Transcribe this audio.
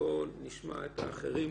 בואו נשמע את האחרים.